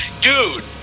dude